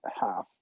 half